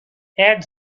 add